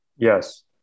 Yes